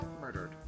murdered